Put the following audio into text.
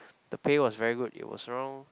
the pay was very good it was around